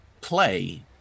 play